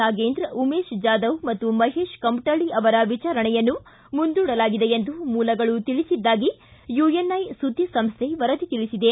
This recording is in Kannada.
ನಾಗೇಂದ್ರ ಉಮೇಶ್ ಜಾದವ್ ಮತ್ತು ಮಹೇಶ ಕಮಟಳ್ಳಿ ಅವರ ವಿಚಾರಣೆಯನ್ನು ಮುಂದೂಡಲಾಗಿದೆ ಎಂದು ಮೂಲಗಳು ತಿಳಿಸಿದ್ದಾಗಿ ಯುಎನ್ಐ ಸುದ್ದಿ ಸಂಸ್ಟೆ ವರದಿ ತಿಳಿಸಿದೆ